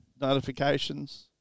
notifications